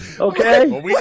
Okay